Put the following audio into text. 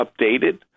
updated